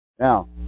Now